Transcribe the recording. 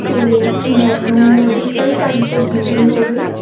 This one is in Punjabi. ਅਤੇ ਮੈਨੂੰ ਉਹਦੀ ਸਹੀ ਟਾਈਮ 'ਤੇ ਡਿਲੀਵਰੀ ਹੋ ਗਈ